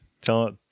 Tell